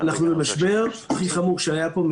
אנחנו במשבר הכי חמור שהיה פה,